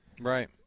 Right